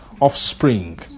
offspring